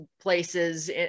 places